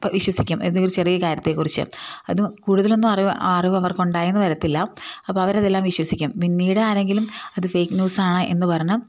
വിശ്വസിക്കും എന്തെങ്കിലും ചെറിയ കാര്യത്തെ കുറിച്ചു അത് കൂടുതലൊന്നും അറിവ് അറിവ് അവർക്ക് ഉണ്ടായി എന്ന് വരത്തില്ല അപ്പം അവർ അതെല്ലാം വിശ്വസിക്കും പിന്നീട് ആരെങ്കിലും അത് ഫേക്ക് ന്യൂസാണ് എന്നു പറഞ്ഞു